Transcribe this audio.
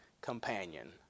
companion